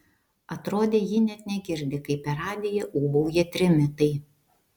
atrodė ji net negirdi kaip per radiją ūbauja trimitai